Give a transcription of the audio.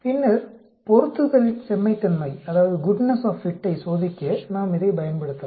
பின்னர் பொருத்துதலின் செம்மைத்தன்மையை சோதிக்க நாம் இதைப் பயன்படுத்தலாம்